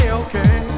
okay